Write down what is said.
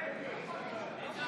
אי-אפשר